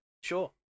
Sure